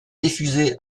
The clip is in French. diffusée